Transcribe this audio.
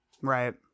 right